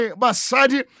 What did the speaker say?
basadi